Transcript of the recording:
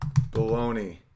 baloney